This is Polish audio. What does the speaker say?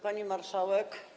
Pani Marszałek!